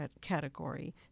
category